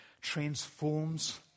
transforms